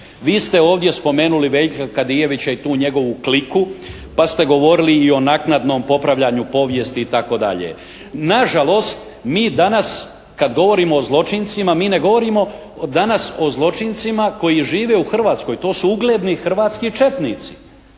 Vi ste ovdje spomenuli Veljka Kadijevića i tu njegovi kliku pa ste govorili i o naknadnom popravljanju povijesti itd. Nažalost mi danas kad govorimo o zločincima mi ne govorimo danas o zločincima koji žive u Hrvatskoj, to su ugledni hrvatski četnici.